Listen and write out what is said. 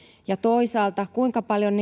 ja toisaalta kuinka paljon